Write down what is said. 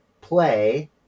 play